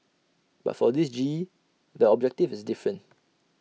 but for this G E the objective is different